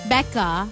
Becca